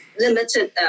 limited